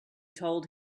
told